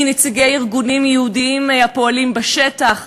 מנציגי ארגונים יהודיים הפועלים בשטח,